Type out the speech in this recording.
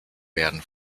werden